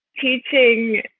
Teaching